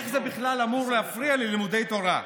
איך זה בכלל אמור להפריע ללימודי תורה?